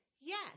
yes